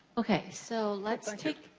okay, so, let's and take